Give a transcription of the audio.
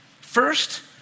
First